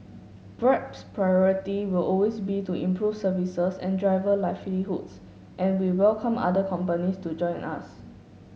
grab's priority will always be to improve services and driver livelihoods and we welcome other companies to join us